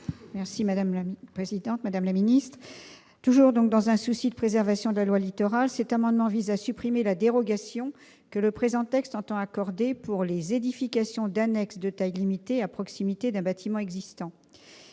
: La parole est à Mme Nelly Tocqueville. Toujours dans un souci de préservation de la loi Littoral, cet amendement vise à supprimer la dérogation que le présent texte entend accorder pour les édifications d'annexes de taille limitée à proximité d'un bâtiment existant.